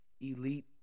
elite